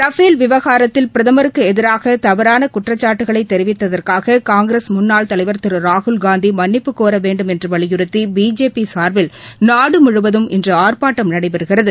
Rafale விவகாரத்தில் பிரதமருக்கு எதிராக தவறாள குற்றச்சாட்டுகளை தெரிவித்தற்காக காங்கிரஸ் முன்னாள் தலைவர் திரு ராகுல் காந்தி மன்னிப்பு கோர வேண்டும் என்று வலிபுறத்தி பிஜேபி சார்பில் நாடு முழுவதும் இன்று ஆர்ப்பாட்டம் நடைபெறுகிறது